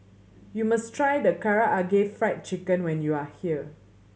you must try Karaage Fried Chicken when you are here